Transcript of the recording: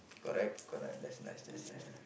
correct correct that's nice that's nice